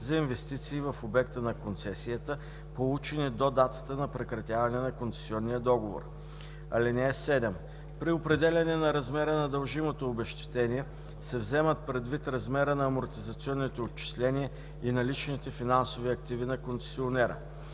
за инвестиции в обекта на концесията, получени до датата на прекратяване на концесионния договор. (7) При определяне на размера на дължимото обезщетение се вземат предвид размерът на амортизационните отчисления и наличните финансови активи на концесионера.